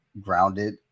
grounded